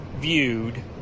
viewed